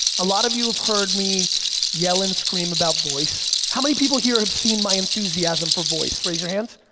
a lot of you have heard me yell and scream about voice. how many people here have seen my enthusiasm for voice, raise your hands,